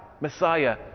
Messiah